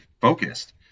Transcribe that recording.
focused